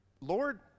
Lord